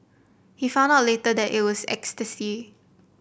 he found out later that it was ecstasy